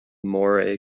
moray